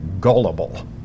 gullible